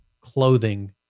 clothing